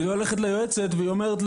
היא אומרת,